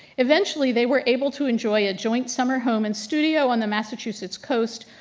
eventually they were able to enjoy a joint summer home and studio on the massachusetts coast.